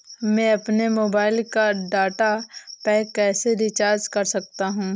मैं अपने मोबाइल का डाटा पैक कैसे रीचार्ज कर सकता हूँ?